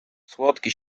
słodki